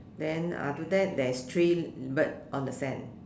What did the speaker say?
then after that there's three bird on the sand